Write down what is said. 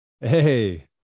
Hey